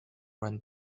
run